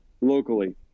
locally